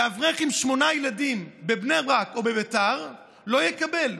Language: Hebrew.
אברך עם שמונה ילדים בבני ברק או בבית"ר לא יקבל,